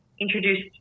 introduced